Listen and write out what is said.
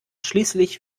schließlich